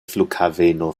flughaveno